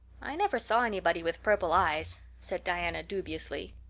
i never saw anybody with purple eyes, said diana dubiously.